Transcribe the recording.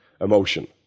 emotion